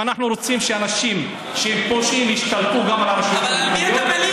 ואם אנחנו רוצים שאנשים שהם פושעים ישתלטו גם על הרשויות המקומיות,